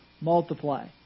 multiply